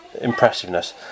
impressiveness